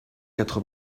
quatre